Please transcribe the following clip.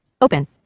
Open